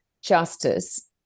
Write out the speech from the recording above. justice